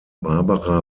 barbara